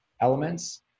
elements